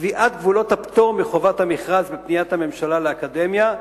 קביעת גבולות הפטור מחובת המכרז בפניית הממשלה לאקדמיה,